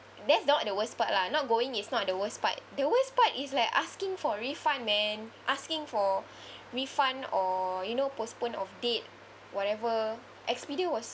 that's not the worst part lah not going is not the worst part the worst part is like asking for refund man asking for refund or you know postpone of date whatever Expedia was